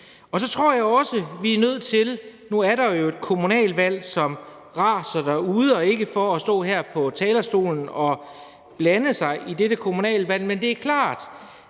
Jeg tror også, vi er nødt til – for nu er der jo et kommunalvalg, som raser derude, og det er ikke for at stå her på talerstolen og blande mig i det kommunalvalg – ikke at